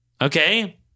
Okay